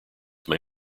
may